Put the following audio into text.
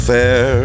Fair